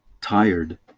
Tired